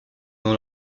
dans